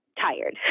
tired